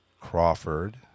Crawford